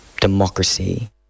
democracy